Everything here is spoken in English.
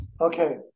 Okay